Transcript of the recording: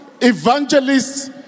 evangelists